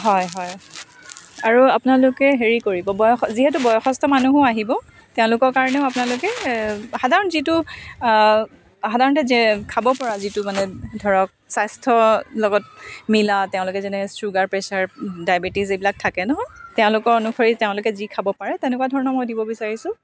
হয় হয় আৰু আপোনালোকে হেৰি কৰিব বয় যিহেতু বয়সষ্ঠ মানুহো আহিব তেওঁলোকৰ কাৰণেও আপোনালোকে সাধাৰণ যিটো সাধাৰণতে খাব পৰা যিটো মানে ধৰক স্বাস্থ্যৰ লগত মিলা তেওঁলোকে যেনেকৈ ছুগাৰ প্ৰেছাৰ ডায়েবেটিছ এইবিলাক থাকে নহয় তেওঁলোকৰ অনুসৰি তেওঁলোকে যি খাব পাৰে তেনেকুৱা ধৰণৰ মই দিব বিচাৰিছোঁ